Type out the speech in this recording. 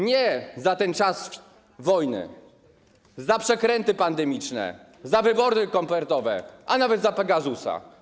Nie za ten czas wojny, ale za przekręty pandemiczne, za wybory kopertowe, a nawet za Pegasusa.